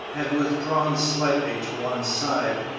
had withdrawn slightly to one side,